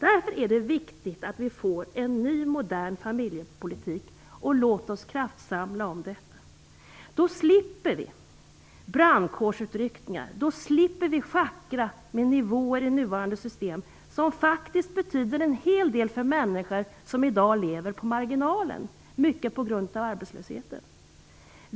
Därför är det viktigt att vi får en ny, modern familjepolitik. Låt oss få till stånd en kraftsamling för detta. Då slipper vi brandkårsutryckningar. Då slipper vi schackra med nivåer i nuvarande system, som faktiskt betyder en hel del för människor som i dag lever på marginalen, mycket på grund av arbetslösheten.